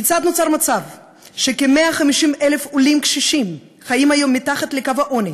כיצד נוצר מצב שכ-150,000 עולים קשישים חיים היום מתחת לקו העוני